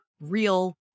real